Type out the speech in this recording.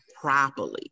properly